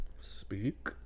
speak